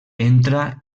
entra